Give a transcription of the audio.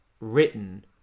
written